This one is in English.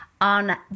on